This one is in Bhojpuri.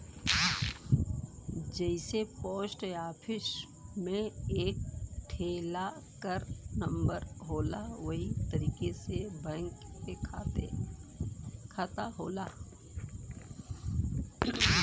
जइसे पोस्ट आफिस मे एक ठे लाकर नम्बर होला वही तरीके से बैंक के खाता होला